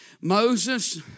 Moses